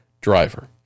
driver